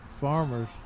farmers